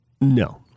No